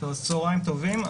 צוהריים טובים,